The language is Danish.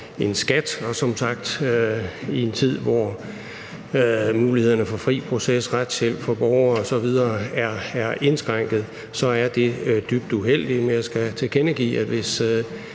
en skat, og i en tid, hvor mulighederne for fri proces og retshjælp for borgere osv. er indskrænket, er det som sagt dybt uheldigt. Men jeg skal tilkendegive, at hvis